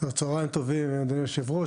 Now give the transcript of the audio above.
צוהריים טובים אדוני יושב הראש,